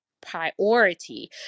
priority